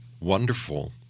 wonderful